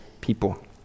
people